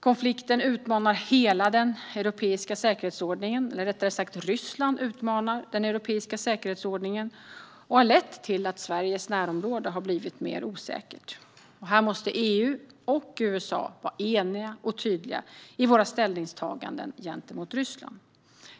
Konflikten - eller rättare sagt Ryssland - utmanar hela den europeiska säkerhetsordningen. Det har lett till att Sveriges närområde har blivit mer osäkert. EU och USA måste var eniga och tydliga i sina ställningstaganden gentemot Ryssland.